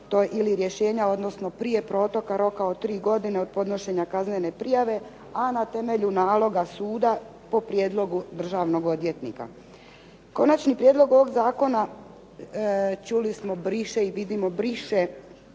presude ili rješenja, odnosno prije protoka roka od 3 godine od ponošenja kaznene prijave, a na temelju naloga suda po prijedlogu državnog odvjetnika. Konačni prijedlog ovog zakona, čuli smo briše, i vidimo briše